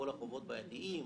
על כל החובות הבעייתיים,